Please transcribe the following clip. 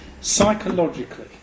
Psychologically